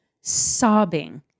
sobbing